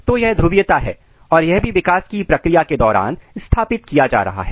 तो यह ध्रुवीयता है और यह भी विकास की प्रक्रिया के दौरान स्थापित किया जा रहा है